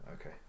okay